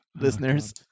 listeners